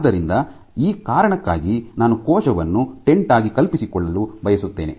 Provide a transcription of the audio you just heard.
ಆದ್ದರಿಂದ ಈ ಕಾರಣಕ್ಕಾಗಿ ನಾನು ಕೋಶವನ್ನು ಟೆಂಟ್ ಆಗಿ ಕಲ್ಪಿಸಿಕೊಳ್ಳಲು ಬಯಸುತ್ತೇನೆ